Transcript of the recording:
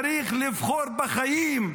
צריך לבחור בחיים: